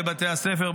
בבתי הספר,